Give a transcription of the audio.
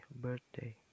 birthday